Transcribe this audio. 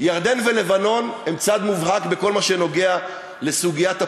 ירדן ולבנון הן צד מובהק בכל מה שנוגע לסוגיית הפליטים,